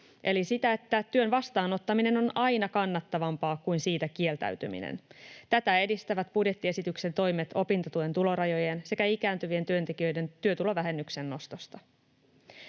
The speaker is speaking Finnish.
työtä eli työn vastaanottaminen on aina kannattavampaa kuin siitä kieltäytyminen. Tätä edistävät budjettiesityksen toimet opintotuen tulorajojen sekä ikääntyvien työntekijöiden työtulovähennyksen nostosta.